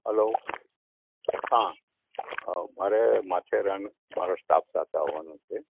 hello હા મારે માથેરાન મારા સ્ટાફ સાથે આવવાનું છે